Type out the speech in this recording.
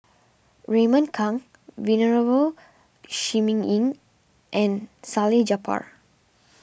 Raymond Kang Venerable Shi Ming Yi and Salleh Japar